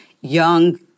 young